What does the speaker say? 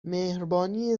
مهربانی